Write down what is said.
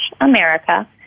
America